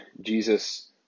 jesus